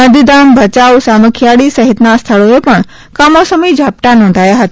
ગાંધીધામ ભચાઉ સામથિયાળી સહિતના સ્થળોએ પણ કમોસમી ઝાપટા નોંધાયા હતા